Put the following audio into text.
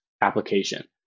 application